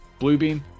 Bluebeam